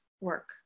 work